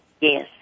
Yes